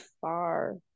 far